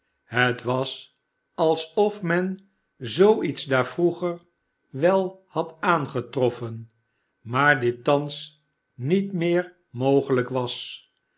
het was alsof men zoo iets daar vroeger wel had aangetroffen maar dit thans niet meer mogelijk was